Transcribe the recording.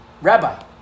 Rabbi